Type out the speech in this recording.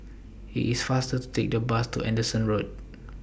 IT IS faster to Take The Bus to Anderson Road